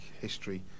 history